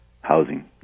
housing